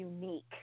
unique